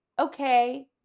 okay